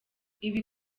ibi